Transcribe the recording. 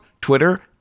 Twitter